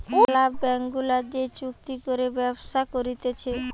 ম্যালা ব্যাঙ্ক গুলা যে চুক্তি করে ব্যবসা করতিছে